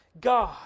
God